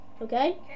Okay